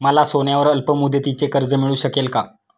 मला सोन्यावर अल्पमुदतीचे कर्ज मिळू शकेल का?